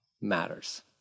Matters